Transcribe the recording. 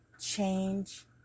change